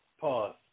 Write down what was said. Pause